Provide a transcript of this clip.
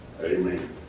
Amen